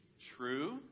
True